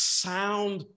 sound